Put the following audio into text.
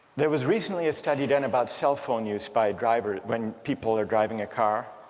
there was recently a study done about cell phone use by drivers, when people are driving a car,